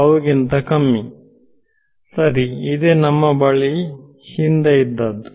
tau ಗಿಂತ ಕಮ್ಮಿ ಸರಿ ಇದೆ ನಮ್ಮ ಬಳಿ ಹಿಂದೆ ಇದ್ದದ್ದು